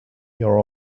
your